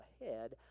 ahead